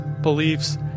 beliefs